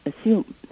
assume